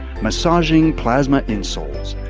massaging plasma insoles.